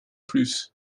plus